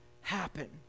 happen